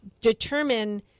determine